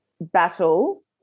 battle